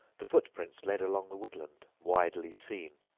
the footprints led along the woodland, widely seen,